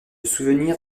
souvenir